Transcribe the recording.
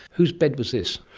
whose bed was this?